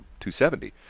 270